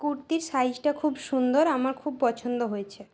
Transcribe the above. কুর্তির সাইজটা খুব সুন্দর আমার খুব পছন্দ হয়েছে